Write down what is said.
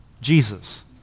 Jesus